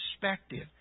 perspective